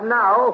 now